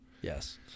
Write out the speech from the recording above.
Yes